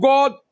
God